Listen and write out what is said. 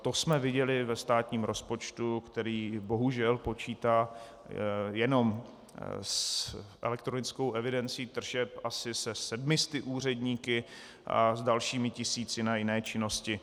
To jsme viděli ve státním rozpočtu, který bohužel počítá jenom s elektronickou evidencí tržeb asi se 700 úředníky a s dalšími tisíci na jiné činnosti.